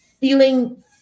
feeling